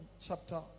chapter